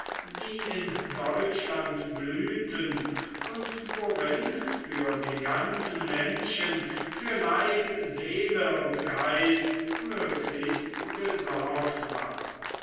die in deutschland blühten und worin für den ganzen menschen für leib seele und geist möglichst gesorgt ward